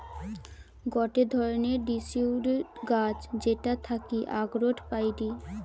গটে ধরণের ডিসিডিউস গাছ যেটার থাকি আখরোট পাইটি